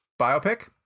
Biopic